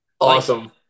Awesome